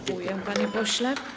Dziękuję, panie pośle.